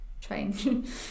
change